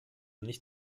nicht